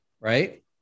right